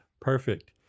perfect